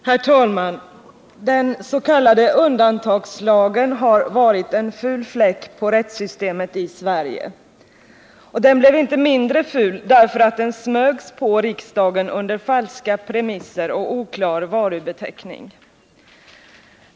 Herr talman! Den s.k. undantagslagen har varit en ful fläck på rättssystemet i Sverige, och den blev inte mindre ful, därför att den smögs på riksdagen under falska premisser och oklar varubeteckning.